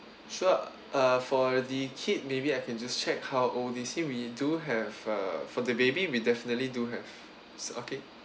sure uh for the kid maybe I can just check how old this year we do have uh for the baby we definitely do have okay